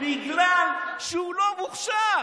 בגלל שהוא לא מוכשר.